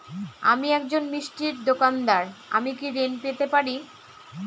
আমি একজন মিষ্টির দোকাদার আমি কি ঋণ পেতে পারি?